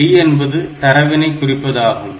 D என்பது தரவினை குறிப்பது ஆகும்